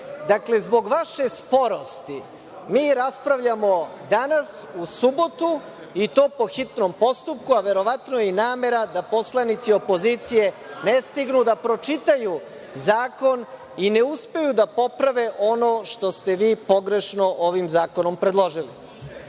Dakle, zbog vaše sporosti, mi raspravljamo danas, u subotu, i to po hitnom postupku, a verovatno je i namera da poslanici opozicije ne stignu da pročitaju zakon i ne uspeju da poprave ono što ste vi pogrešno ovim zakonom predložili. Vlada